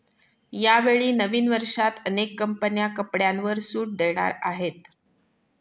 यावेळी नवीन वर्षात अनेक कंपन्या कपड्यांवर सूट देणार आहेत